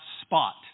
spot